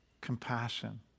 compassion